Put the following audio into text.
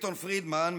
מילטון פרידמן,